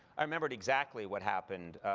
i remember exactly what happened.